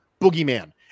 boogeyman